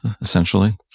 essentially